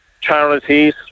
charities